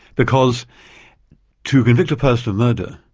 because to convict a person of murder,